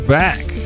back